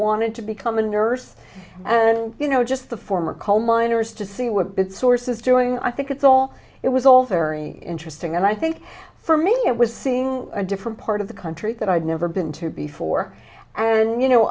wanted to become a nurse and you know just the former coal miners to see were sources doing i think it's all it was all very interesting and i think for me it was seeing a different part of the country that i'd never been to before and you know